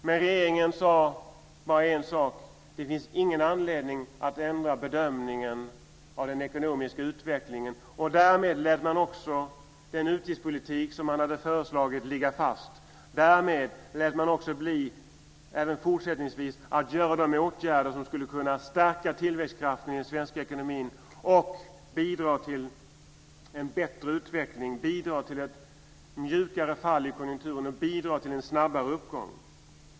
Men regeringen sade bara en sak: Det finns ingen anledning att ändra bedömningen av den ekonomiska utvecklingen. Därmed lät man också den utgiftspolitik som man hade föreslagit ligga fast. Därmed lät man bli att även fortsättningsvis vidta de åtgärder som skulle kunna stärka tillväxtkraften i den svenska ekonomin och bidra till en bättre utveckling, bidra till ett mjukare fall i konjunkturen och bidra till en snabbare uppgång.